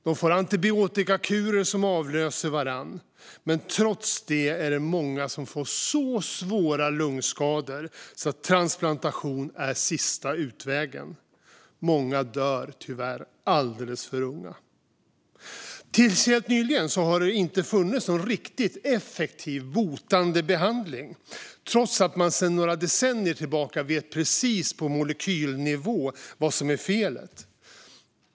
De får antibiotikakurer som avlöser varandra, men trots det får många så svåra lungskador att transplantation är sista utvägen. Många dör tyvärr alldeles för unga. Till helt nyligen har det inte funnits någon riktigt effektiv, botande behandling, trots att man sedan några decennier tillbaka vet precis på molekylnivå vad som är felet.